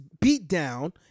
beatdown